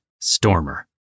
Stormer